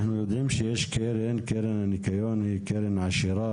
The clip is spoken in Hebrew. אנחנו יודעים שקרן הניקיון היא קרן עשירה,